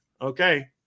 Okay